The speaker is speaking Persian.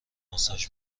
ماساژ